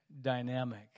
dynamic